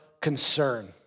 concern